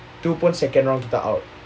tu pun second round kita out